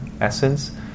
essence